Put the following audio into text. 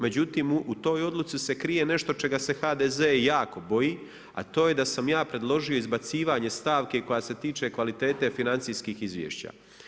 Međutim u toj odluci se krije nešto čega se HDZ jako boji, a to je da sam ja predložio izbacivanje stavke koja se tiče kvalitete financijskih izvješća.